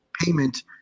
payment